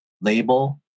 label